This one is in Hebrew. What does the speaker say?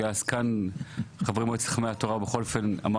היה זקן חברי מועצת חכמי התורה הוא בכל זאת אמר